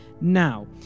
Now